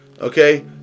okay